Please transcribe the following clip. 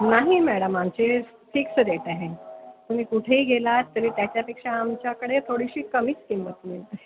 नाही मॅडम आमचे fix rate आहे तुम्ही कुठेही गेलात तरी त्याच्यापेक्षा आमच्याकडे थोडीशी कमीच किंमत मिळते